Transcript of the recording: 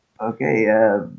Okay